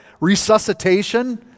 resuscitation